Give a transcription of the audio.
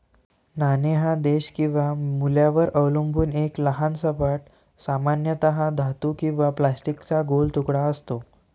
नाणे हा देश किंवा मूल्यावर अवलंबून एक लहान सपाट, सामान्यतः धातू किंवा प्लास्टिकचा गोल तुकडा असतो